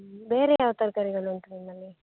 ಬೇರೆ ಯಾವ ತರ್ಕಾರಿಗಳು ಉಂಟು ನಿಮ್ಮಲ್ಲಿ